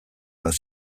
bat